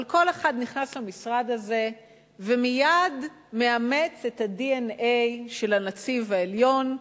אבל כל אחד נכנס למשרד הזה ומייד מאמץ את ה-DNA של הנציב העליון,